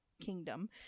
kingdom